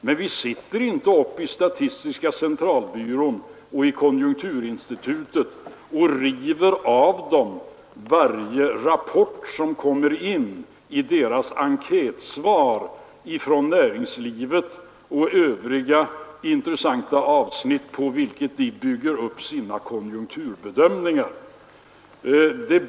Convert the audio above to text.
Men vi sitter inte på statistiska centralbyrån eller i konjunkturinstitutet och river av personalen varje rapport som kommer in i enkätsvaren från näringslivet och i övriga intressanta avsnitt på vilka statistikerna bygger upp sina konjunkturbedömningar.